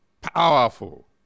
powerful